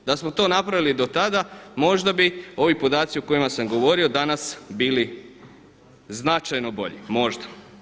Da smo to napravili do tada možda bi ovi podaci o kojima sam govorio danas bili značajno bolji, možda.